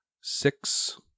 six